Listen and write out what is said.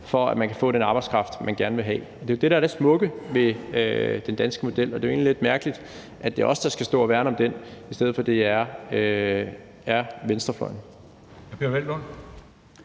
for at man kan få den arbejdskraft, man gerne vil have. Det er jo det, der er det smukke ved den danske model. Og det er jo egentlig lidt mærkeligt, at det er os, der skal stå og værne om den, i stedet for at det er venstrefløjen.